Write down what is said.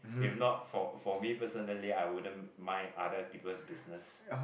if not for for me personally I wouldn't mind other people's business